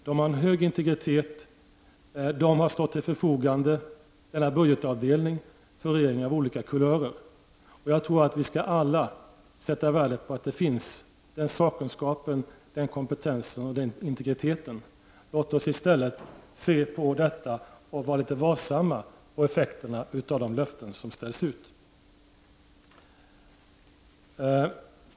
De har hög integritet, och de har stått till förfogande som budgetavdelning för regeringar av olika kulörer. Vi skall alla sätta värde på den sakkunskapen, kompetensen och integritet. Men låt oss i stället vara vaksamma på effekterna av de löften som ställs ut.